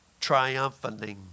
Triumphanting